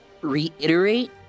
reiterate